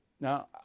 Now